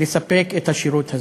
לספק את השירות הזה.